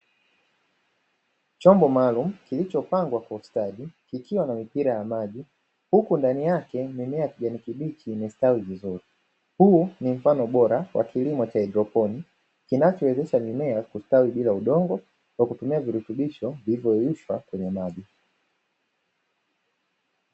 Chombo maalumu kilichopangwa kwa ustadi, kikiwa na mipira ya maji, huku ndani yake mimea ya kijani kibichi imestawi vizuri. Huu ni mfano bora wa kilimo cha haidroponi, kinachowezesha mimea kustawi bila udongo, kwa kutumia virutubisho vilivyoyeyushwa kwenye maji.